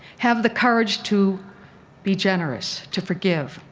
have the courage to be generous, to forgive,